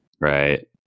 right